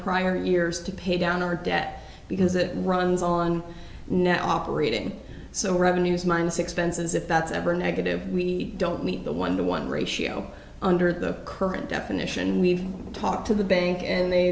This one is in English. prior years to pay down our debt because it runs on net operating so revenues minus expenses if that's ever negative we don't meet the one to one ratio under the current definition we've talked to the bank and they